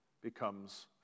becomes